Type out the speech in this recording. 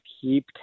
keep